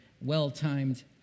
well-timed